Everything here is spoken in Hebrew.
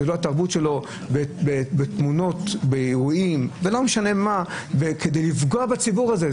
זאת לא התרבות שלו עם תמונות באירועים כדי לפגוע בציבור הזה.